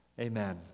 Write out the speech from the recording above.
amen